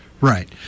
Right